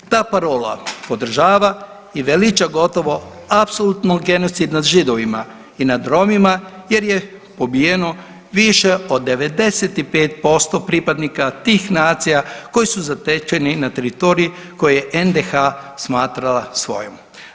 Ta parola podržava i veliča gotovo apsolutno genocid nad Židovima i nad Romima jer je pobijeno više od 95% pripadnika tih nacija koji su zatečeni na teritoriji koji je NDH smatra svojom.